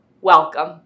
Welcome